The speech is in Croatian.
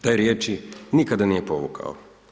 Te riječi nikada nije povukao.